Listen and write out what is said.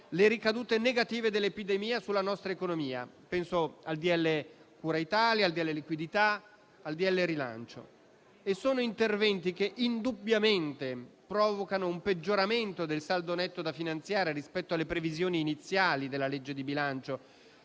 le ricadute negative dell'epidemia sulla nostra economia (penso ai cosiddetti decreti cura Italia, liquidità e rilancio). Si tratta di interventi che indubbiamente provocano un peggioramento del saldo netto da finanziare rispetto alle previsioni iniziali della legge di bilancio,